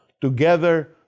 Together